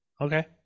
Okay